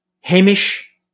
Hamish